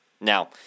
Now